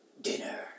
dinner